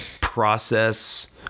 process